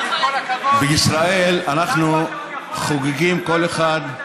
עם כל הכבוד, בישראל אנחנו חוגגים כל אחד,